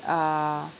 err